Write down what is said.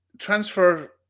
Transfer